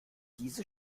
diese